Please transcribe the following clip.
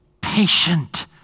patient